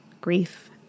grief